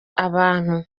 abantu